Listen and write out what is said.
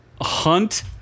Hunt